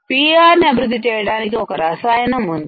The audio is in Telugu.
PR నీ అభివృద్ధి చేయడానికి ఒక రసాయనం ఉంది